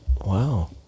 wow